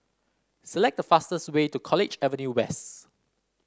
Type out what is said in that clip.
select the fastest way to College Avenue West